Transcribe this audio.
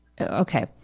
Okay